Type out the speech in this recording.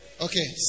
Okay